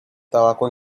tabaco